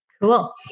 Cool